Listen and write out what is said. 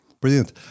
Brilliant